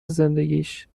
زندگیش